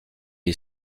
est